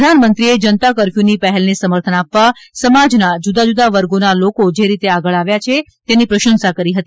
પ્રધાનમંત્રીએ જનતા કરફ્યુની પહેલને સમર્થન આપવા સમાજના જુદા જુદા વર્ગોના લોકો જે રીતે આગળ આવ્યા છે તેની પ્રશંસા કરી હતી